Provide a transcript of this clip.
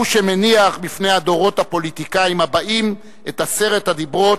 הוא שמניח בפני דורות הפוליטיקאים הבאים את "עשרת הדיברות"